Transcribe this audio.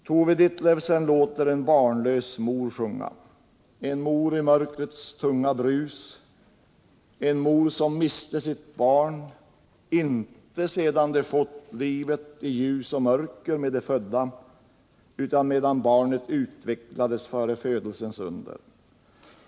Tove Ditlevsen låter en barnlös mor sjunga, en mor i ”mörkrets tunga brus”, en mor som miste sitt barn, inte sedan det fått livet i ljus och mörker med de födda, utan medan barnet utvecklades före födelsens under.